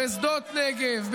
בשדות נגב,